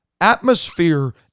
atmosphere